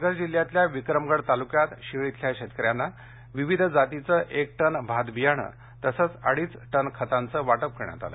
पालघर जिल्ह्यातल्या विक्रमगड तालुक्यात शिळ इथल्या शेतकऱ्यांना विविध जातीचं एक टन भात बियाणे तसचं अडीच टन खतांचं वाटप करण्यात आलं